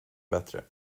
bättre